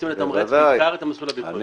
רוצים לתמרץ בעיקר את המסלול הביטחוני.